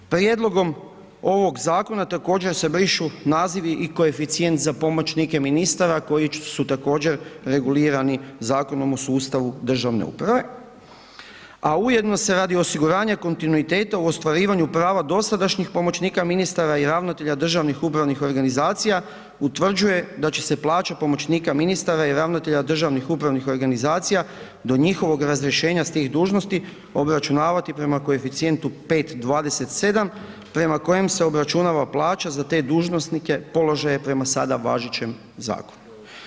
Prijedlogom ovog zakona također se brišu nazivi i koeficijent za pomoćnike ministara koji su također regulirani Zakonom o sustavu državne uprave, a ujedno se radi o osiguranju kontinuiteta u ostvarivanju prava dosadašnjih pomoćnika ministara i ravnatelja državnih upravnih organizacija, utvrđuje da će se plaća pomoćnika ministara i ravnatelja državnih upravnih organizacija, do njihovog razrješenja s tih dužnosti, obračunavati prema koeficijentu 5,27 prema kojem se obračunava plaća za te dužnosnike, položaje prema sada važećem zakonu.